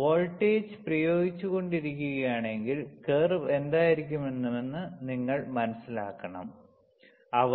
voltage പ്രയോഗിച്ചുകൊണ്ടിരിക്കുകയാണെങ്കിൽ curve എന്തായിരിക്കുമെന്ന് നിങ്ങൾ മനസ്സിലാക്കണം അവ